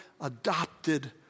adopted